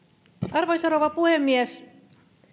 arvoisa rouva puhemies